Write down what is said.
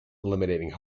eliminating